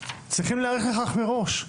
צריכים להיערך לכך מראש,